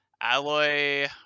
alloy